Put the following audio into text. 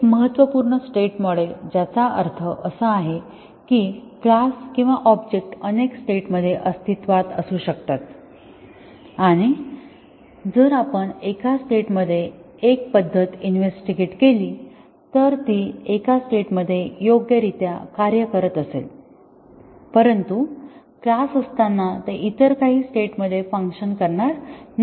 एक महत्त्वपूर्ण state model ज्याचा अर्थ असा आहे की क्लास किंवा ऑब्जेक्ट अनेक स्टेट मध्ये अस्तित्वात असू शकतात आणि जर आपण एका स्टेटमध्ये एक पद्धत इन्व्हेस्टीगेट केली तर ती एका स्टेटमध्येच योग्यरित्या कार्य करत असेल परंतु क्लास असताना ते इतर काही स्टेट मध्ये फंक्शन करणार नाही